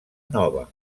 nova